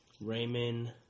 Raymond